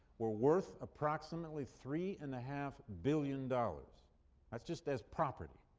were worth approximately three and a half billion dollars that's just as property.